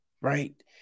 Right